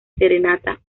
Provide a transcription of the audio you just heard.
serenata